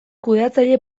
kudeatzaile